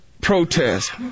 protest